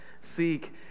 seek